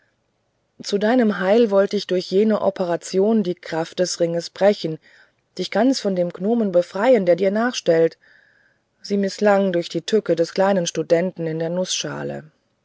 zu deinem heil wollt ich durch jene operation die kraft des ringes brechen dich ganz von dem gnomen befreien der dir nachstellt sie mißlang durch die tücke des kleinen studenten in der nußschale